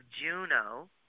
Juno